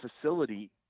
facility